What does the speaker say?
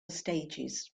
stages